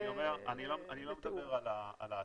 אני לא מדבר על העתיד.